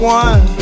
one